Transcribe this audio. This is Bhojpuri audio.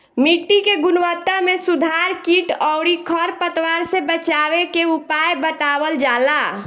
मिट्टी के गुणवत्ता में सुधार कीट अउरी खर पतवार से बचावे के उपाय बतावल जाला